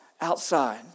outside